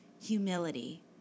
humility